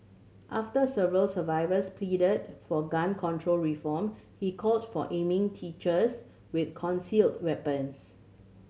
after several survivors pleaded for gun control reform he called for aiming teachers with concealed weapons